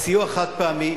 סיוע חד-פעמי,